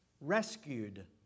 rescued